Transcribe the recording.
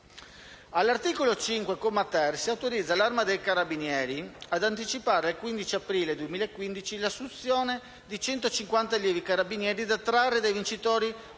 All'articolo 5, comma 3-*ter*, si autorizza l'Arma dei carabinieri ad anticipare al 15 aprile 2015 l'assunzione di 150 allievi Carabinieri da trarre dai vincitori